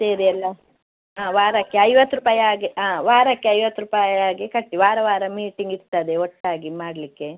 ಸೇರಿ ಎಲ್ಲ ಆಂ ವಾರಕ್ಕೆ ಐವತ್ತು ರೂಪಾಯಿ ಹಾಗೆ ಹಾಂ ವಾರಕ್ಕೆ ಐವತ್ತು ರೂಪಾಯಿ ಹಾಗೆ ಕಟ್ಟಿ ವಾರ ವಾರ ಮೀಟಿಂಗ್ ಇರ್ತದೆ ಒಟ್ಟಾಗಿ ಮಾಡಲಿಕ್ಕೆ